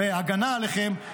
בהגנה עליכם,